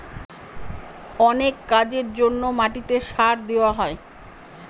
অনেক কাজের জন্য মাটিতে সার দেওয়া হয়